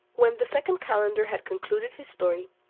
when the second calender had concluded his story,